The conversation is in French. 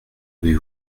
avez